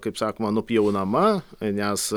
kaip sakoma nupjaunama nes